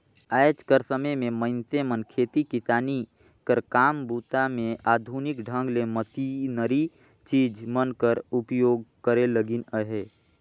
आएज कर समे मे मइनसे मन खेती किसानी कर काम बूता मे आधुनिक ढंग ले मसीनरी चीज मन कर उपियोग करे लगिन अहे